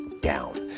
down